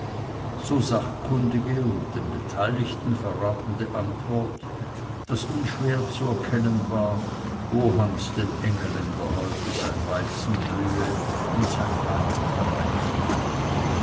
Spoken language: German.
so sachkundige und den beteiligten verratende antwort daß unschwer zu erkennen war wo hans dem engelländer heute sein weizen blühe und sein wein reife